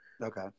Okay